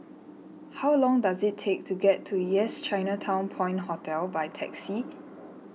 how long does it take to get to Yes Chinatown Point Hotel by taxi